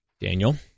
Daniel